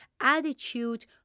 attitude